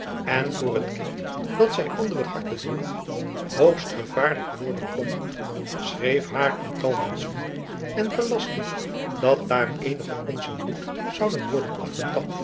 en voor het kind dat zy onder t harte droeg hoogst gevaarlijk worden kon schreef haar een calmans voor en gelastte dat haar eenige oncen bloed zouden worden